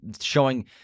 showing